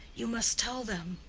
you must tell them,